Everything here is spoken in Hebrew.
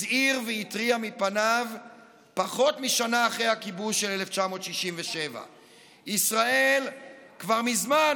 הזהיר והתריע מפניו פחות משנה אחרי הכיבוש של 1967. ישראל כבר מזמן,